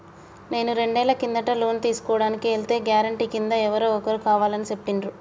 నేను రెండేళ్ల కిందట లోను తీసుకోడానికి ఎల్తే గారెంటీ కింద ఎవరో ఒకరు కావాలని చెప్పిండ్రు